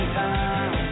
time